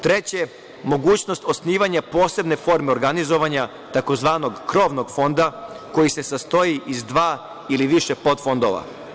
Treće, mogućnost osnivanja posebne forme organizovanja tzv. krovnog fonda koji se sastoji iz dva ili više podfondova.